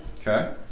Okay